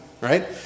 Right